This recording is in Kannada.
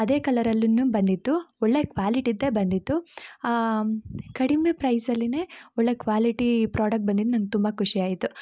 ಅದೇ ಕಲ್ಲರಲ್ಲೂ ಬಂದಿತ್ತು ಒಳ್ಳೇ ಕ್ವಾಲಿಟಿದ್ದೆ ಬಂದಿತ್ತು ಕಡಿಮೆ ಪ್ರೈಸ್ ಅಲ್ಲಿ ಒಳ್ಳೇ ಕ್ವಾಲಿಟಿ ಪ್ರಾಡಕ್ಟ್ ಬಂದಿದ್ದು ನಂಗೆ ತುಂಬ ಖುಷಿಯಾಯ್ತು